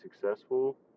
successful